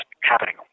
happening